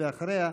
ואחריה,